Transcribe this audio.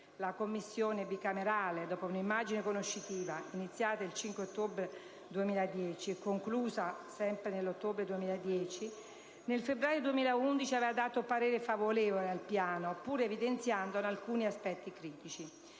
La Commissione bicamerale, dopo un'indagine conoscitiva, iniziata il 5 ottobre 2010 e conclusa il 28 ottobre 2010, nel febbraio 2011 aveva dato parere favorevole al Piano, pur evidenziandone alcuni aspetti critici.